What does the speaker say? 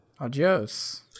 Adios